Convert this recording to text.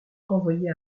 envoyés